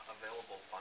available